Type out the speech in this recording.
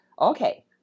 okay